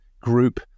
group